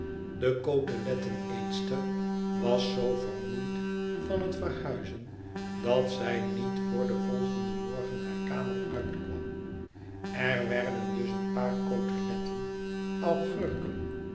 de coteletteneetster was zoo vermoeid van het verhuizen dat zij niet voor den volgenden morgen haar kamer uitkwam er werden dus een paar coteletten augurken